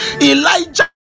elijah